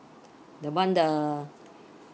the one the